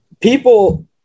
People